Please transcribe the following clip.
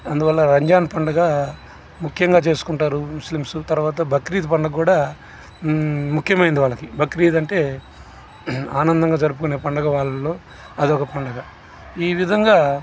అందువల్ల రంజాన్ పండగ ముఖ్యంగా చేసుకుంటారు ముస్లిమ్స్ తర్వాత బక్రీద్ పండుగ కూడా ముఖ్యమైనది వాళ్ళకి బక్రీద్ అంటే ఆనందంగా జరుపుకునే పండుగ వాళల్లో అదొక పండగ ఈ విధంగా